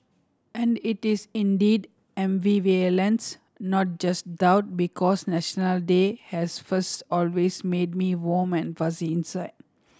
and it is indeed ambivalence not just doubt because National Day has first always made me warm and fuzzy inside